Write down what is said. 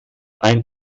ein